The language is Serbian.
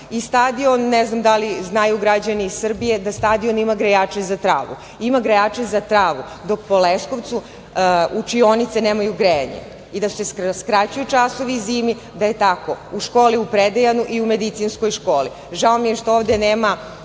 i stadion, ne znam da li znaju građani Srbije, da stadion ima grejače za travu, ima grejače za travu dok po Leskovcu učionice nemaju grejanje i skraćuju časovi i zimi i da je tako u školi u Predejanu i Medicinskoj školi. Žao mi je što ovde nema